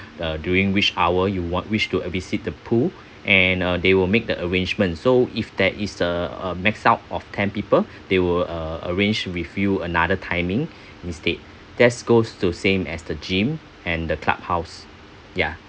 uh during which hour you want wish to visit the pool and uh they will make the arrangement so if there is uh a max out of ten people they will uh arrange with you another timing instead that goes to same as the gym and the clubhouse ya